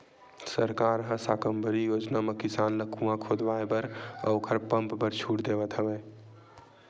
सरकार ह साकम्बरी योजना म किसान ल कुँआ खोदवाए बर अउ ओखर पंप बर छूट देवथ हवय